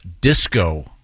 Disco